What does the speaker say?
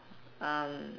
um